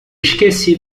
esqueci